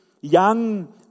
young